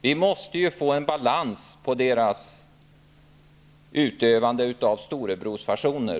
Vi måste få en balans när det gäller deras utövande av storebrorsfasoner.